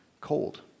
cold